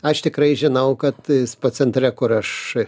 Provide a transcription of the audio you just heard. aš tikrai žinau kad spa centre kur aš